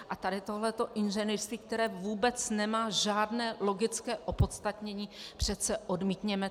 A tady tohleto inženýrství, které vůbec nemá žádné logické opodstatnění, přece odmítněme!